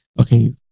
Okay